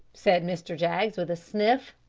said mr. jaggs with a sniff.